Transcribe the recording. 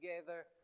together